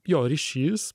jo ryšys